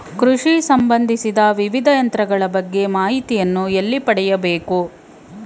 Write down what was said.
ಕೃಷಿ ಸಂಬಂದಿಸಿದ ವಿವಿಧ ಯಂತ್ರಗಳ ಬಗ್ಗೆ ಮಾಹಿತಿಯನ್ನು ಎಲ್ಲಿ ಪಡೆಯಬೇಕು?